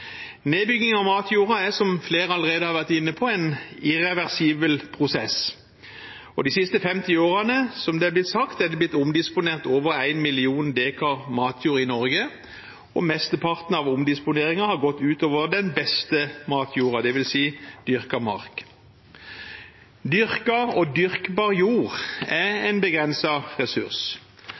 Nedbygging av matjord er, som flere allerede har vært inne på, en irreversibel prosess. De siste 50 årene er det blitt omdisponert over én million dekar matjord i Norge, og mesteparten av omdisponeringen har gått ut over den beste matjorda, dvs. dyrket mark. Dyrket og dyrkbar jord er en begrenset ressurs.